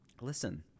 listen